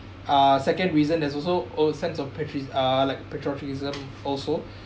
uh second reason there is also over sense of patri~ uh like patriotism also